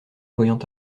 voyant